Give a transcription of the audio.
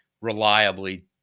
reliably